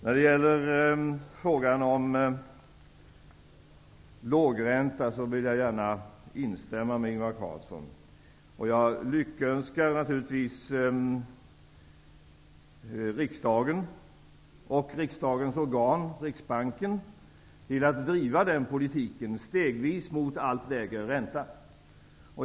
När det gäller frågan om lågräntan instämmer jag gärna i vad Ingvar Carlsson säger. Jag lyckönskar naturligtvis riksdagen och riksdagens organ, Riksbanken, till att den politiken stegvis drivs mot en allt lägre ränta.